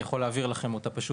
אני יכול פשוט להעביר אותה אליכם.